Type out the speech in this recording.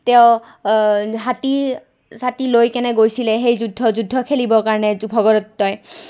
তেওঁ হাতী চাতী লৈ কেনে গৈছিলে সেই যুদ্ধ যুদ্ধ খেলিবৰ কাৰণে ভগদত্তই